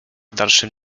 dalszym